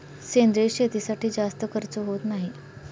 सेंद्रिय शेतीसाठी जास्त खर्च होत नाही